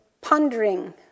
pondering